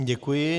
Děkuji.